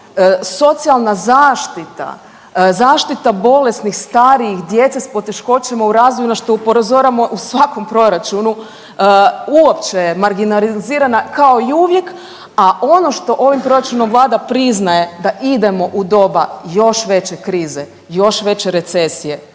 socijalna zaštita, zaštita bolesnih, starijih, djece s poteškoćama u razvoju, na što upozoravamo u svakom proračunu uopće je marginalizirana, kao i uvijek, a ono što ovim proračunom Vlada priznaje, da idemo u doba još veće krize, još veće recesije,